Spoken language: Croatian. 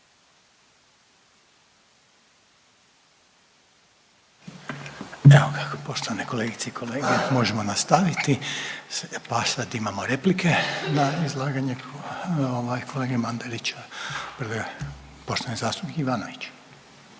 Evo ga, poštovane kolegice i kolege možemo nastaviti, pa sad imamo replike na izlaganje ovaj kolege Manadrića, prvi je poštovani zastupnik Ivanović.